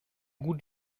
gut